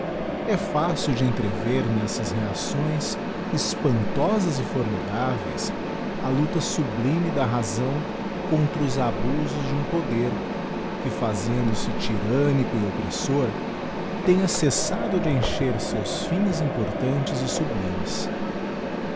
é fácil de entrever nessas reacções espantosas e formidáveis a luta sublime da razão contra os abusos de um poder que fazendo-se tyrannico e oppressor tenha cessado de encher seus fins importantes e sublimes